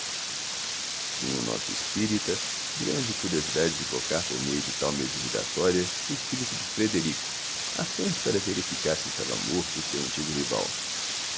tinha o nosso espírita grande curiosidade de evocar por meio de tal mesa giratória o espírito de frederico apenas para verificar se estava morto o seu antigo rival